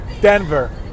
Denver